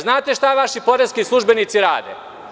Znate šta vaši poreski službenici rade?